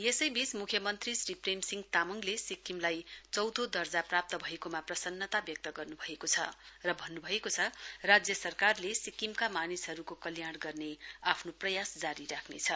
यसैवीच मुख्यमन्त्री श्री प्रेमसिंह तामङले सिक्किमलाई चौथों दर्जा प्राप्त भएकोमा प्रसन्नता व्यक्त गर्नुभएको छ र भन्नुभएको छ राज्य सरकारले सिक्किमका मानिसहरूको कल्याण गर्ने आफ्नो प्रयास जारी राख्ने छ